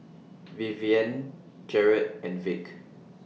Vivienne Jarret and Vic